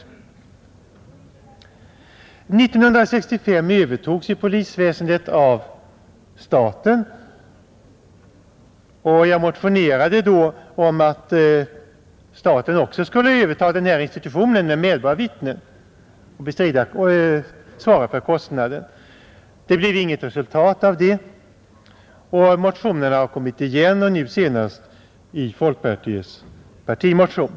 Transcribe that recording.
År 1965 övertogs ju polisväsendet av staten, och jag motionerade 1967 om att staten också skulle överta institutionen med medborgarvittnen och svara för kostnaden. Det blev inget resultat. Förslaget har kommit igen, nu senast i folkpartiets partimotion.